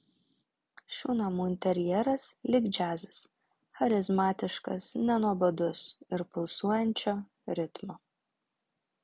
šių namų interjeras lyg džiazas charizmatiškas nenuobodus ir pulsuojančio ritmo